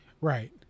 right